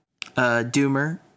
doomer